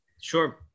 Sure